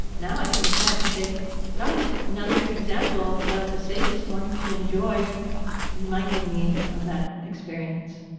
now i can look back and say darn it. another example of a sadist wanting to enjoy reminding me of that experience.